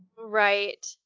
Right